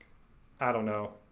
i don't know,